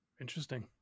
Interesting